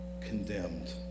condemned